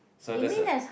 so that's the